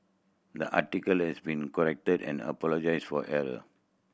the article has been corrected and apologise for error